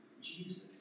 Jesus